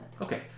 Okay